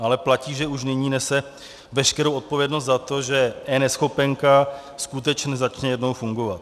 Ale platí, že už nyní nese veškerou odpovědnost za to, že eNeschopenka skutečně začne jednou fungovat.